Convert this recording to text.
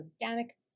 organic